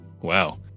wow